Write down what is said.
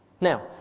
Now